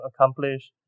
accomplish